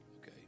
Okay